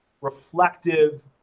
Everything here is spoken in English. reflective